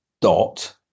dot